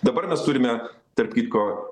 dabar mes turime tarp kitko